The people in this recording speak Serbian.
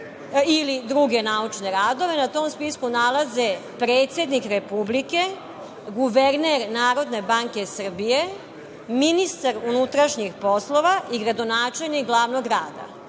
ili druge naučne radove, na tom spisku nalaze predsednik Republike, guverner NBS, ministar unutrašnjih poslova i gradonačelnik glavnog grada.